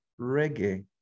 reggae